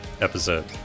episode